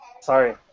sorry